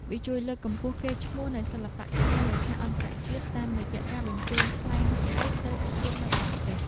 វាជួយលើកកម្ពស់កេរ្តិ៍ឈ្មោះនៃសិល្បៈខ្មែរលើឆាកអន្តរជាតិ តាមរយៈការបញ្ជូនខ្លែងឯកទៅប្រកួតនៅបរទេស។